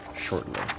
shortly